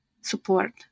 support